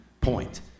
point